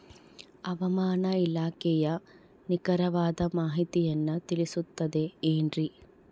ಹವಮಾನ ಇಲಾಖೆಯ ನಿಖರವಾದ ಮಾಹಿತಿಯನ್ನ ತಿಳಿಸುತ್ತದೆ ಎನ್ರಿ?